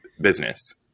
business